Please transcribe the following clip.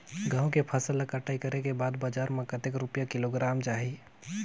गंहू के फसल ला कटाई करे के बाद बजार मा कतेक रुपिया किलोग्राम जाही?